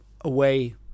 away